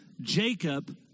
Jacob